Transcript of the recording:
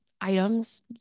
items